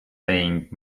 saying